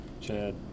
Chad